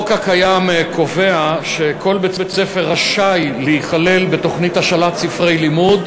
החוק הקיים קובע שכל בית-ספר רשאי להיכלל בתוכנית השאלת ספרי לימוד,